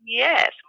yes